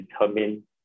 determine